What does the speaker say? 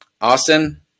Austin